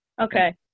Okay